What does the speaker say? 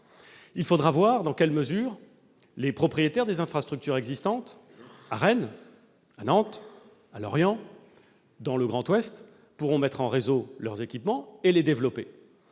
Il faudra voir dans quelle mesure les propriétaires des infrastructures existantes à Rennes, à Nantes, à Lorient et, de façon générale, dans le Grand Ouest pourront mettre en réseau leurs équipements et les développer.